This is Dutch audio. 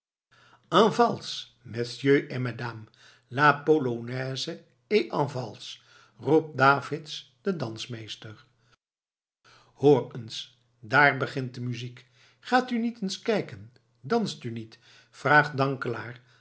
messieurs et mesdames la polonaise et en valse roept davids de dansmeester hoor eens daar begint de muziek gaat u niet eens kijken danst u niet vraagt